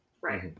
right